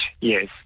yes